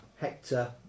Hector